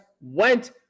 went